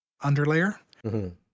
underlayer